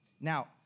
Now